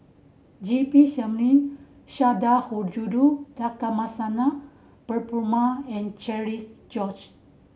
G P Selvam Sundarajulu Lakshmana Perumal and Cherian George